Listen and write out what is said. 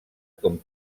com